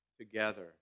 together